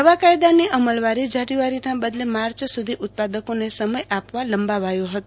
નવા કાયદાની અમલવારી જાન્યુઆરી ના બદલે માર્ચ સુધી ઉત્પાદકોને સમય આપવા લંબાવાયો હતો